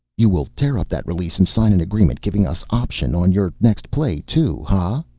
you will tear up that release and sign an agreement giving us option on your next play too, ha?